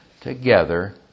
together